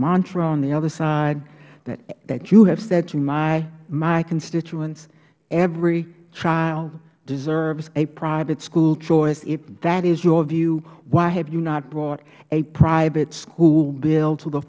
mantra on the other side that you have said to my constituents every child deserves a private school choice if that is your view why have you not brought a private school bill to the